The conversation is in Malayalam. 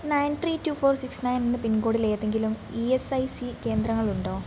nine three two four six nine എന്ന പിൻകോഡിൽ ഏതെങ്കിലും ഇ എസ് ഐ സി കേന്ദ്രങ്ങൾ ഉണ്ടോ